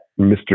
Mr